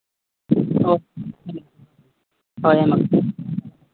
ᱦᱳᱭ ᱦᱳᱭ ᱢᱟ